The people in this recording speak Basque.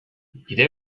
bide